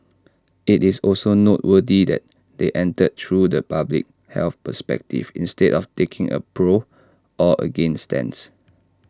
IT is also noteworthy that they entered through the public health perspective instead of taking A pro or against stance